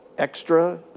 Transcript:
extra